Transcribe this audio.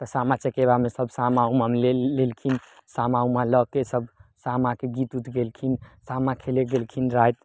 तऽ सामा चकेबामे सभ सामा उमा ले लेलखिन सामा उमा लअके सभ सामाके गीत उत गेलखिन सामा खेलय गेलखिन राति